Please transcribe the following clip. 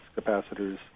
capacitors